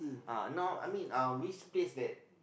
uh now I mean uh which space that